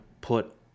put